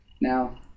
Now